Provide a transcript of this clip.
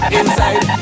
inside